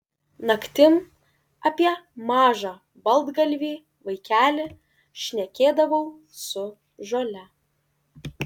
naktim apie mažą baltgalvį vaikelį šnekėdavau su žole